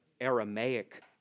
Aramaic